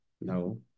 no